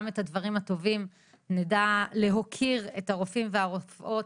גם את הדברים הטובים ונדע להוקיר את הרופאים והרופאות,